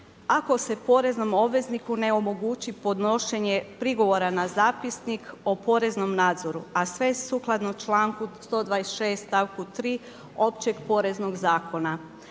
ako se poreznom obvezniku ne omogući podnošenje prigovora na zapisnik o poreznom nadzoru, a sve sukladno članku 126. stavku 3. općeg poreznog zakona?